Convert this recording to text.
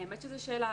האמת שזו שאלה,